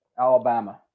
Alabama